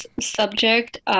subject